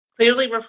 clearly